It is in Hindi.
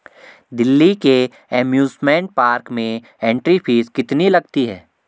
दिल्ली के एमयूसमेंट पार्क में एंट्री फीस कितनी लगती है?